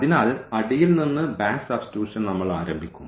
അതിനാൽ അടിയിൽ നിന്ന് ബാക്ക് സബ്സ്റ്റിറ്റുഷൻ നമ്മൾ ആരംഭിക്കും